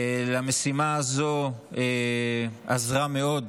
במשימה הזו עזרה מאוד